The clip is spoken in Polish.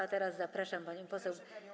A teraz zapraszam panią poseł.